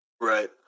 Right